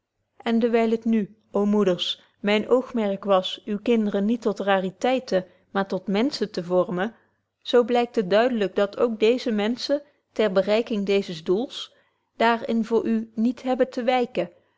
en dewyl het nu ô moeders myn oogmerk was uwe kinderen niet tot rariteiten maar tot menschen te vormen zo blykt het duidelyk dat ook deeze menschen ter bereiking deezes doels daar in voor u niet hebben te wyken